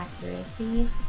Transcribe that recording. accuracy